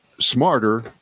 smarter